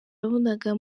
yabonaga